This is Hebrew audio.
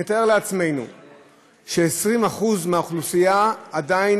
נתאר לעצמנו ש-20% מהאוכלוסייה עדיין